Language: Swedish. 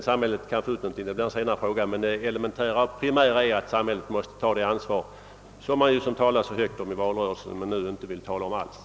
Om samhället sedan kan få ut någonting av den vållande, blir en annan fråga, men det primära är att samhället måste ta det ansvar som det talats så högljutt om under valrörelsen men som man nu inte vill tala om alls.